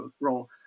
role